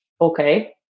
okay